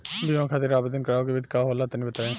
बीमा खातिर आवेदन करावे के विधि का होला तनि बताईं?